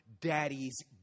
Daddy's